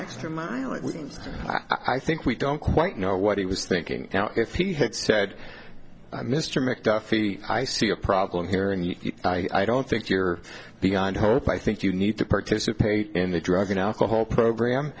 extra mile at least i think we don't quite know what he was thinking now if he had said mr mcduffee i see a problem here and i don't think you're beyond hope i think you need to participate in the drug and alcohol program